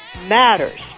matters